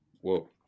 Whoa